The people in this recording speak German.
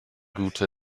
gute